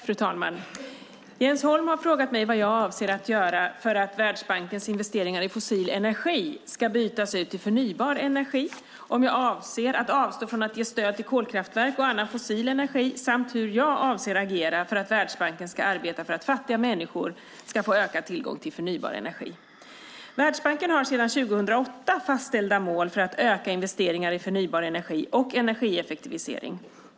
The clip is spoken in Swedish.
Fru talman! Jens Holm har frågat mig vad jag avser att göra för att Världsbankens investeringar i fossil energi ska bytas ut till förnybar energi, om jag avser att avstå från att ge stöd till kolkraftverk och annan fossil energi samt hur jag avser att agera för att Världsbanken ska arbeta för att fattiga människor ska få ökad tillgång till förnybar energi. Världsbanken har sedan 2008 fastställda mål för att öka investeringar i förnybar energi och energieffektivisering.